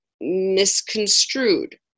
misconstrued